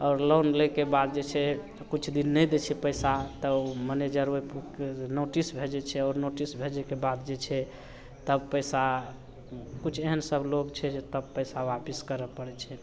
आओर लोन लैके बाद जे छै किछु दिन नहि दै छै पइसा तऽ मैनेजर ओहिके नोटिस भेजै छै आओर नोटिस भेजैके बाद जे छै तब पइसा किछु एहनसभ लोक छै जे तब पइसा आपस करै पड़ै छै